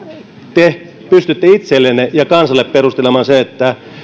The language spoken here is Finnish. te pystytte itsellenne ja kansalle perustelemaan sen että